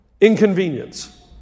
inconvenience